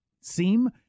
seem